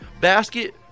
Basket